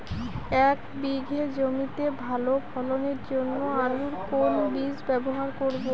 এক বিঘে জমিতে ভালো ফলনের জন্য আলুর কোন বীজ ব্যবহার করব?